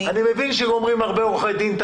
אני מבין שגורמים הרבה עורכי דין את